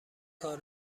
کار